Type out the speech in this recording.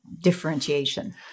differentiation